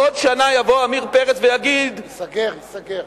מי יחליף אותם,